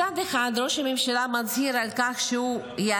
מצד אחד ראש הממשלה מצהיר שהוא יעניק